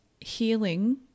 healing